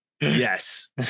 yes